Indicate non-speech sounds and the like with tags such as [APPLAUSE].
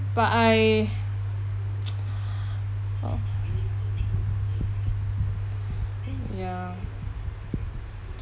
but I [NOISE] ya